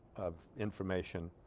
of information